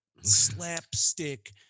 slapstick